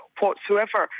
whatsoever